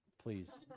Please